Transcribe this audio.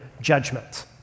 judgment